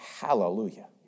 Hallelujah